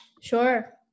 Sure